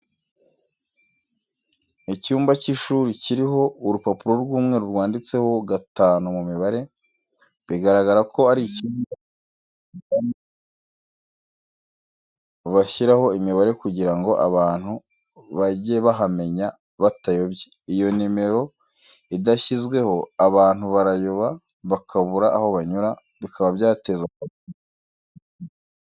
Icyumba cy'ishuri kiriho urupapuro rw'umweru rwanditseho gatanu mu mibare, bigaragara ko ari icyumba cyo kwigiramo bashyiraho imibare kugira ngo abantu bage bahamenya batayobye, iyo nimero idashyizweho abantu barayoba bakabura aho banyura, bikaba byateza akavuyo mu kigo.